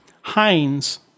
Heinz